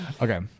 Okay